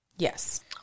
Yes